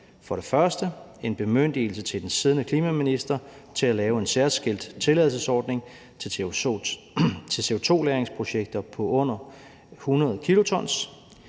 det en bemyndigelse til den siddende klimaminister til at lave en særskilt tilladelsesordning til CO2-lagringsprojekter på under 100 kiloton.